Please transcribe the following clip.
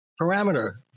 Parameter